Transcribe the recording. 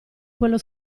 quello